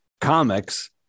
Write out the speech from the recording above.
comics